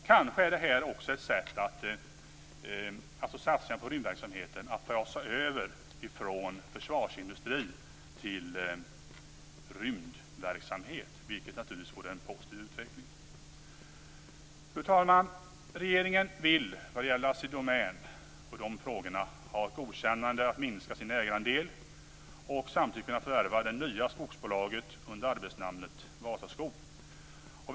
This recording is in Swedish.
Satsningarna på rymdverksamheten är kanske också ett sätt att fasa över från försvarsindustrin till rymdverksamhet, vilket naturligtvis vore en positiv utveckling. Fru talman! Regeringen vill vad gäller Assi Domän ha ett godkännande att minska sin ägarandel och samtidigt kunna förvärva det nya skogsbolaget under arbetsnamnet Vasaskog.